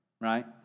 right